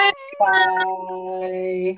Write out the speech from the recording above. Bye